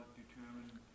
determined